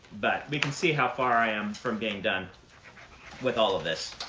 but we can see how far i am from being done with all of this.